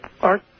Art